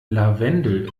lavendel